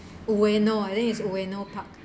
wayno I think is wayno park